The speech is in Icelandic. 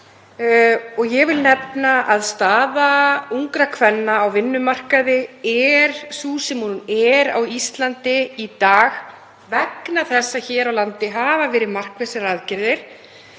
Ég vil nefna að staða ungra kvenna á vinnumarkaði er sú sem hún er á Íslandi í dag vegna þess að hér á landi hafa verið markvissar aðgerðir,